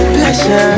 Pleasure